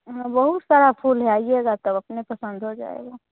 हाँ बहुत सारा फूल है आइएगा तो अपने पसंद हो जाएगा